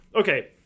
Okay